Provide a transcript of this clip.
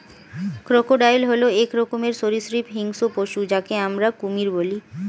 crocodile হল এক রকমের সরীসৃপ হিংস্র পশু যাকে আমরা কুমির বলি